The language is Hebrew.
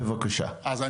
בבקשה.